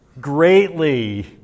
greatly